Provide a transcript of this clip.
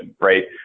right